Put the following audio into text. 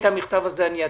את המכתב הזה אני אתקן.